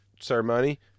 ceremony